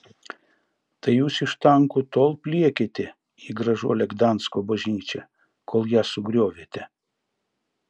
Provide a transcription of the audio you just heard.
tai jūs iš tankų tol pliekėte į gražuolę gdansko bažnyčią kol ją sugriovėte